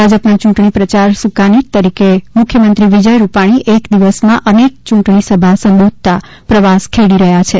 ભાજપના યૂંટણી પ્રયાર સૂકાની તરીકે મુખ્યમંત્રી વિજય રૂપાણી એક દિવસમાં એનેક ચૂંટણીસભા સંબોધતા પ્રવાસ ખેડી રહ્યા છે